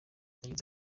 yagize